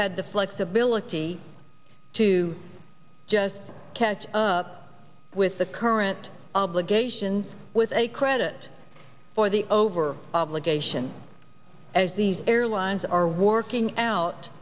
had the flexibility to just catch up with the current obligations with a credit for the over obligation as these airlines are working out